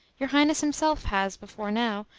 your highness himself has, before now,